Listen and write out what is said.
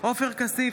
אינו נוכח עופר כסיף,